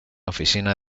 oficina